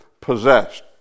possessed